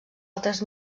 altres